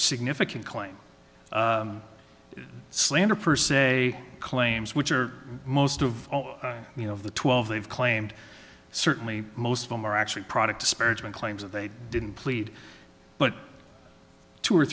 significant claim slander per se claims which are most of you know of the twelve they've claimed certainly most of them are actually product disparagement claims that they didn't plead but two or